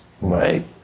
right